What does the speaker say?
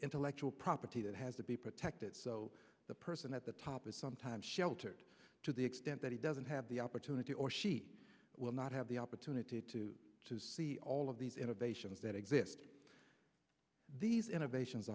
intellectual property that has to be protected so the person at the top is sometimes sheltered to the extent that he doesn't have the opportunity or she will not have the opportunity to see all of these innovations that exist these innovations